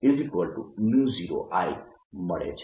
2π0I મળે છે